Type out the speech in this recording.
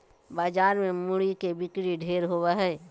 बाजार मे मूरी के बिक्री ढेर होवो हय